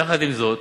יחד עם זאת,